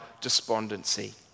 despondency